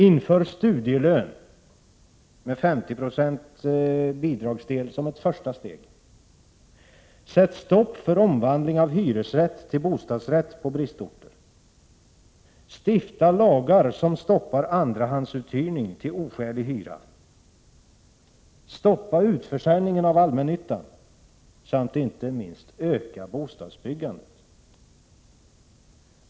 —- Inför studielön — med 50 96 som bidragsdel som ett första steg. — Sätt stopp för omvandling av hyresrätt till bostadsrätt på bristorter. — Stifta lagar som stoppar andrahandsuthyrning till oskälig hyra. - Öka bostadsbyggandet — detta är det inte minst viktiga.